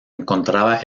encontraba